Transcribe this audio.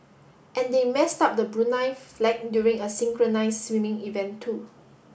and they messed up the Brunei flag during a synchronized swimming event too